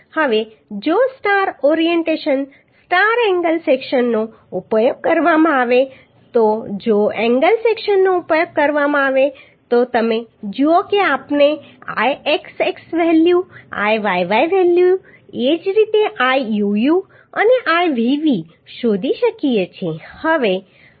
હવે જો સ્ટાર ઓરિએન્ટેશનમાં સ્ટાર એંગલ સેક્શનનો ઉપયોગ કરવામાં આવે તો તમે જુઓ કે આપણે Ixx વેલ્યુ Iyy વેલ્યુ એ જ રીતે Iuu અને Ivv શોધી શકીએ છીએ